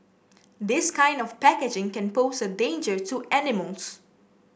this kind of packaging can pose a danger to animals